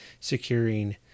securing